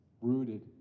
rooted